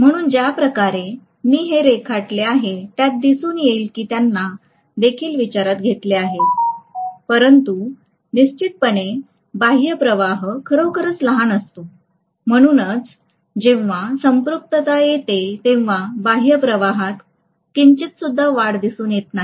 म्हणून ज्या प्रकारे मी हे रेखाटले आहे त्यात दिसून येईल कि त्यांना देखील विचारात घेतले आहे परंतु निश्चितपणे बाह्य प्रवाह खरोखरच लहान असतो म्हणूनच जेव्हा संपृक्तता येते तेव्हा बाह्य प्रवाहात किंचित सुद्धा वाढ दिसून येत नाही